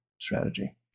strategy